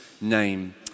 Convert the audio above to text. name